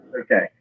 okay